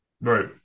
Right